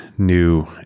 new